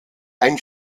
ein